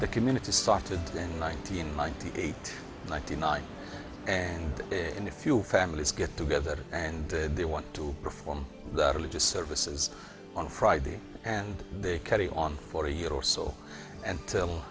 the community started in one thousand and ninety eight ninety nine and in a few families get together and they want to perform religious services on friday and they carry on for a year or so until